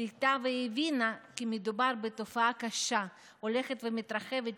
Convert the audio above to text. זיהתה והבינה כי מדובר בתופעה קשה שהולכת מתרחבת,